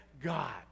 God